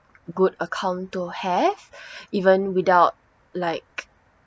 good account to have even without like